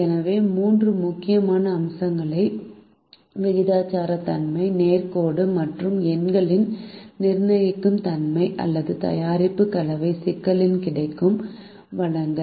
எனவே மூன்று முக்கியமான அனுமானங்கள் விகிதாசாரத்தன்மை நேர்கோட்டு மற்றும் எண்களின் நிர்ணயிக்கும் தன்மை அல்லது தயாரிப்பு கலவை சிக்கலுக்கு கிடைக்கும் வளங்கள்